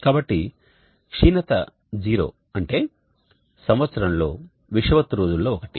కాబట్టి క్షీణత 0 అంటే సంవత్సరంలో విషువత్తు రోజులలో ఒకటి